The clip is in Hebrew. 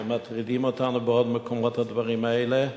והם מטרידים אותנו בעוד מקומות, הדברים האלה.